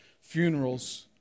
funerals